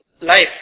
life